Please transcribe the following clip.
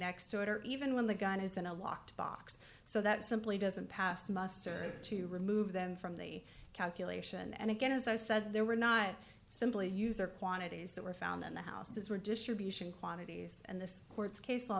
next to it or even when the gun is then a locked box so that simply doesn't pass muster to remove them from the calculation and again as i said there were not simply user quantities that were found in the house as were distribution quantities and this court's case law